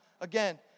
again